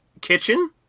kitchen